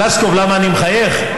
פלוסקוב, למה אני מחייך?